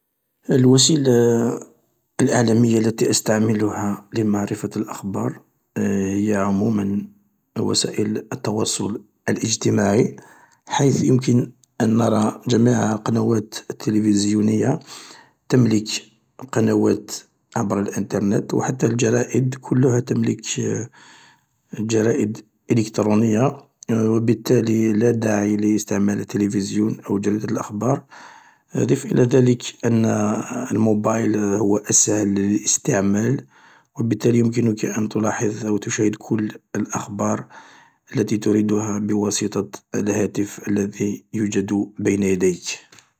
الوسيلة الإعلامية التي أستعملها لمعرفة الأخبار هي عموما وسائل التواصل الإجتماعي حيث يمكن أن نرى جميع القنوات التلفزيونية تملك القنوات عبر الأنترنت و حتى الجزائد كلها تملك جرائد إلكترونية و بالتالي لا داعي لاستعمال التلفزيون أو جريدة الأخبار ضف إلى ذلك أن الموبايل هو أسهل إستعمال و بالتالي يمكنك أن تلاحظ و نشاهد كل الأخبار التي تريدها بواسطة الهاتف الذي يوجد بين يديك.